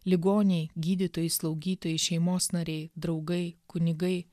ligoniai gydytojai slaugytojai šeimos nariai draugai kunigai